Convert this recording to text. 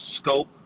scope